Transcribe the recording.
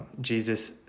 Jesus